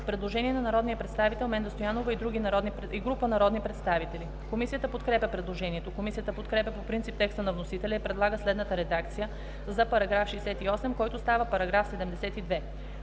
предложение на народния представител Менда Стоянова и група народни представители. Комисията подкрепя предложението. Комисията подкрепя по принцип текста на вносителя и предлага следната редакция на § 68, който става § 72.